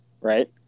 Right